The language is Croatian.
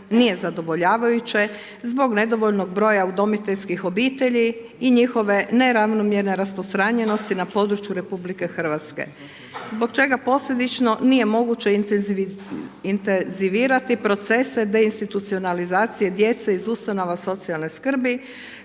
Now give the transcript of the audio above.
nije zadovoljavajuće zbog nedovoljnog broja udomiteljskih obitelji i njihove neravnomjerne raspostranjenosti na području RH. Zbog čega posljedično nije moguće intezivirati procese deinstitucionalizacije djece iz ustanova socijalne skrbi